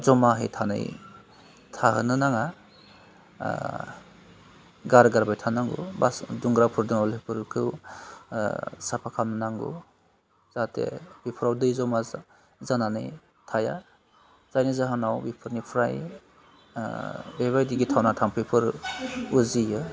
जमाहै थानाय थाहनोनो नाङा गारगारबाय थानांगौ बासन दुग्राफोर दं बेफोरखौ साफा खालामनो नांगौ जाहाथे बेफोराव दै जमा जा जानानै थाया जायनि जाङोनाव बेफोरनिफ्राय ओह बेबायदि थाम्फैफोर उजियो